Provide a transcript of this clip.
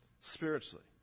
spiritually